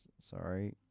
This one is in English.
Sorry